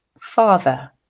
father